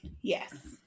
yes